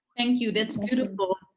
thank you, that's beautiful.